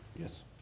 yes